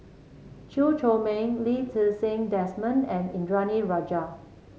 Chew Chor Meng Lee Ti Seng Desmond and Indranee Rajah